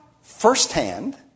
firsthand